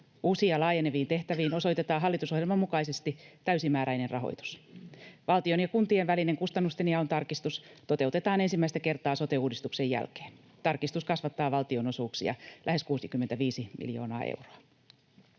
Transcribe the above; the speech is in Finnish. Uusiin ja laajeneviin tehtäviin osoitetaan hallitusohjelman mukaisesti täysimääräinen rahoitus. Valtion ja kuntien välinen kustannustenjaon tarkistus toteutetaan ensimmäistä kertaa sote-uudistuksen jälkeen. Tarkistus kasvattaa valtionosuuksia lähes 65 miljoonaa euroa.